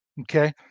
Okay